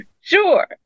Sure